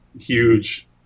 huge